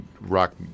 rock